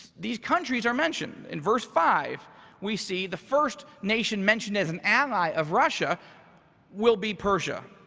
these countries are mentioned. in verse five we see the first nation mentioned as an ally of russia will be persia.